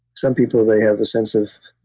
some people, they have a sense of,